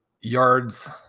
yards